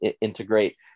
integrate